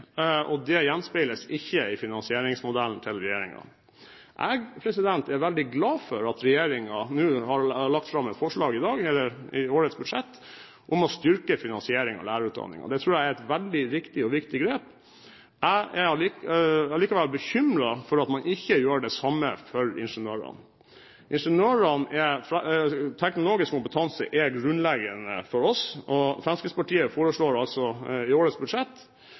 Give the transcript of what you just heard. og det gjenspeiles ikke i finansieringsmodellen til regjeringen. Jeg er veldig glad for at regjeringen nå har lagt fram et forslag i dagens budsjett om å styrke finansieringen av lærerutdanningen. Det tror jeg er et veldig viktig og riktig grep. Jeg er allikevel bekymret over at man ikke gjør det samme for ingeniørene. Teknologisk kompetanse er grunnleggende for oss, og Fremskrittspartiet foreslår altså i